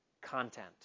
content